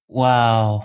wow